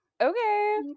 okay